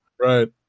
Right